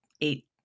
eight